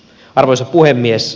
arvoisa puhemies